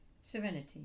serenity